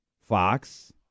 Fox –